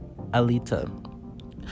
Alita